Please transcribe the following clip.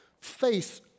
face